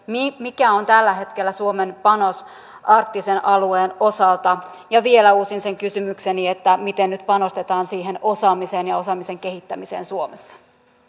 mikä on tällä hetkellä suomen panos arktisen alueen osalta vielä uusin sen kysymykseni miten nyt panostetaan siihen osaamiseen ja osaamisen kehittämiseen suomessa